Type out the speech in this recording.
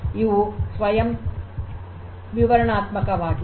ಇವು ಸ್ವಯಂ ವಿವರಣಾತ್ಮಕವಾಗಿವೆ